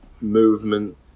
movement